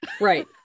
Right